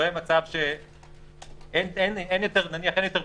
שלא יהיה מצב שאין יותר בדיקות.